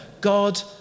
God